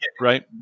right